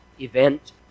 event